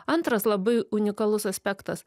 antras labai unikalus aspektas